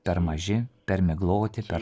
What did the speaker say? per maži per migloti per